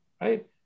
right